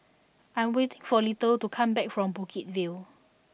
I am waiting for Little to come back from Bukit View